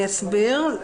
אני אסביר.